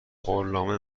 قولنامه